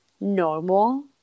normal